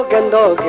and